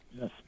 Yes